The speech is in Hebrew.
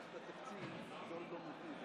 תודה רבה למזכירת הכנסת.